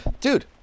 dude